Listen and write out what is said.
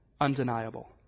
undeniable